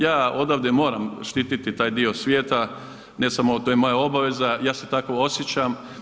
Ja odavdje moram štiti taj dio svijeta, ne samo to je moja obaveza, ja se i tako osjećam.